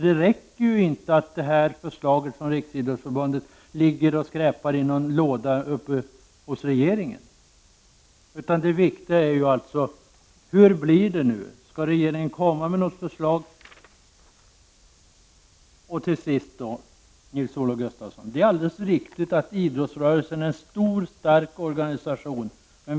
Det räcker inte att förslaget från Riksidrottsförbundet ligger och skräpar i någon låda hos regeringen. Det viktiga är: Hur blir det nu, skall regeringen komma med något förslag? Till sist: Det är alldeles riktigt, Nils-Olof Gustafsson, att idrottsrörelsen är en stor och stark organisation.